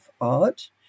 art